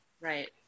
right